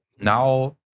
now